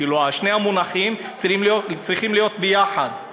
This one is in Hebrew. כאילו שני המונחים צריכים להיות ביחד.